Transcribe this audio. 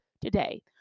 today